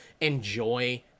enjoy